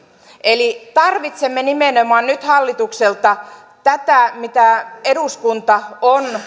eli tarvitsemme nyt hallitukselta nimenomaan sitä mitä eduskunta on